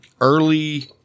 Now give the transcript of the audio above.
early